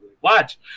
watch